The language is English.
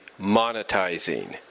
monetizing